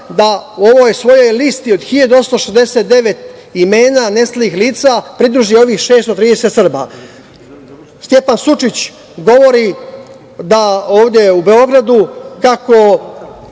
da ovoj svojoj listi od 1.869 imena nestalih lica pridruži ovih 630 Srba. Stjepan Sučić govori ovde u Beogradu kako